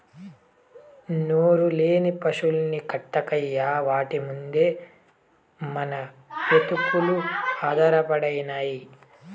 నోరులేని పశుల్ని కొట్టకయ్యా వాటి మిందే మన బ్రతుకులు ఆధారపడినై